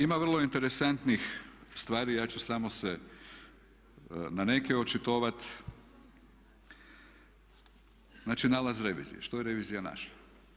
Ima vrlo interesantnih stvari, ja ću samo se na neke očitovati, znači nalaz revizije, što je revizija našla.